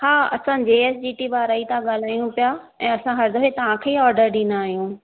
हा असां जे एस जी टी पारां ई था ॻाल्हाईयूं पिया ऐं असां हर दफ़े तव्हांखे ई ऑडर ॾींदा आहियूं